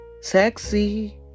sexy